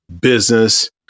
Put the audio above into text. business